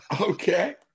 Okay